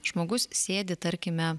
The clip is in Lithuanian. žmogus sėdi tarkime